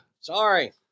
Sorry